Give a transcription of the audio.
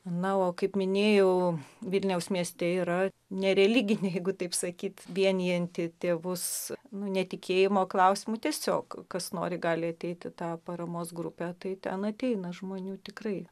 na o kaip minėjau vilniaus mieste yra nereliginė jeigu taip sakyti vienijanti tėvus nu ne tikėjimo klausimu tiesiog kas nori gali ateiti į tą paramos grupę tai ten ateina žmonių tikrai